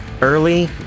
early